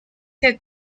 que